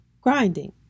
grinding